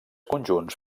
conjunts